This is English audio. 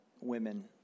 women